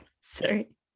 sorry